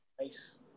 nice